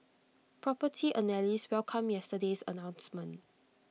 Property Analysts welcomed yesterday's announcement